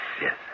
yes